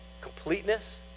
completeness